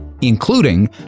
including